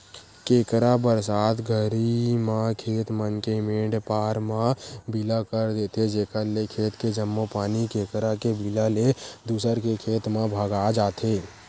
केंकरा बरसात घरी म खेत मन के मेंड पार म बिला कर देथे जेकर ले खेत के जम्मो पानी केंकरा के बिला ले दूसर के खेत म भगा जथे